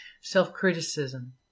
Self-Criticism